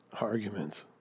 arguments